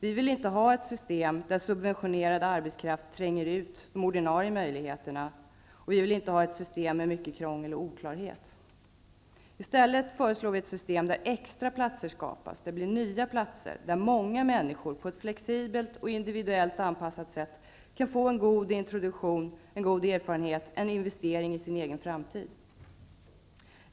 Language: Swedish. Vi vill inte ha ett system där subventionerad arbetskraft tränger undan de ordinarie möjligheterna. Vi vill inte ha ett system med mycket krångel och oklarheter. I stället föreslår vi ett system där extra platser skapas, där många människor på ett flexibelt och individuellt anpassat sätt kan få en god introduktion, en god erfarenhet, en investering i sin egen framtid.